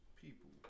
people